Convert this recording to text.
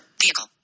Vehicle